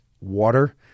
water